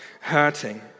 hurting